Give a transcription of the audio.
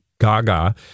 Gaga